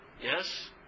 yes